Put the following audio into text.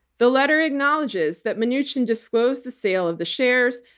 the letter acknowledges that mnuchin disclosed the sale of the shares,